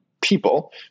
people